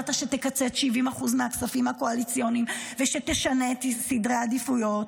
שאמרת שתקצץ 70% מהכספים הקואליציוניים ושתשנה את סדרי העדיפויות.